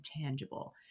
tangible